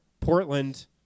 Portland